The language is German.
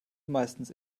meistens